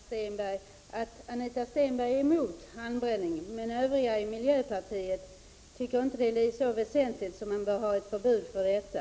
Herr talman! Kan man uppfatta det så, att Anita Stenberg är emot halmbränningen, men att de övriga i miljöpartiet inte tycker att det är så väsentligt att det bör finnas ett förbud mot detta?